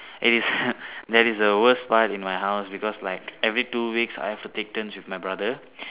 it is that is the worst part in house because like every two weeks I have to take turns with my brother